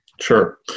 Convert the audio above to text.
Sure